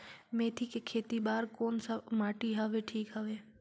मेथी के खेती बार कोन सा माटी हवे ठीक हवे?